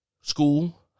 School